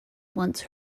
once